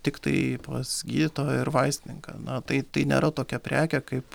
tiktai pas gydytoją ir vaistininką na tai tai nėra tokia prekė kaip